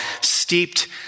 steeped